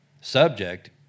subject